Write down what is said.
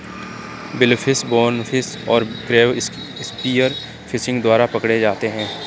billfish, bonefish और crab spear fishing द्वारा पकड़े जाते हैं